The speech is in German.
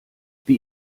wie